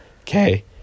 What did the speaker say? Okay